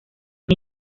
mil